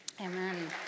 Amen